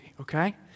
okay